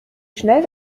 schnell